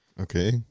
okay